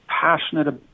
passionate